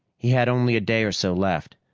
he had only a day or so left.